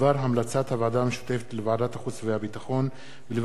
לוועדת הכספים נתקבלה.